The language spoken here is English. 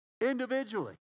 individually